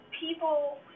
people